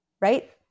right